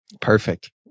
Perfect